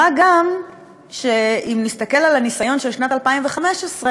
מה גם שאם נסתכל על הניסיון של שנת 2015,